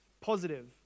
positive